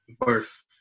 birth